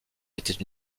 était